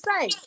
say